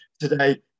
today